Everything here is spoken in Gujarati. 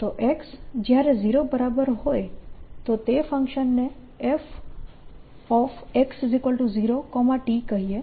તો X જ્યારે 0 બરાબર હોય તો તે ફંક્શનને fx0t કહીએ